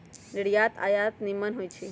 निर्यात आयात से निम्मन होइ छइ